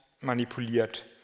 manipuliert